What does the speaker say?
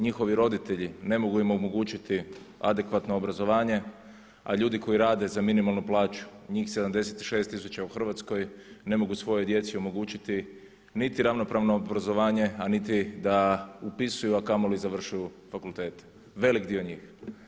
Njihovi roditelji ne mogu im omogućiti adekvatno obrazovanje, a ljudi koji rade za minimalnu plaću, njih 76 tisuća u Hrvatskoj ne mogu svojoj djeci omogućiti niti ravnopravno obrazovanje, a niti da upisuju, a kamoli završavaju fakultete, velik dio njih.